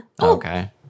okay